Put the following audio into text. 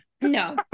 No